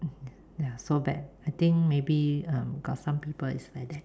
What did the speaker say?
ya so bad I think maybe got some people is like that